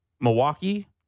Milwaukee